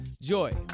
Joy